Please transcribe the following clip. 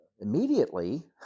immediately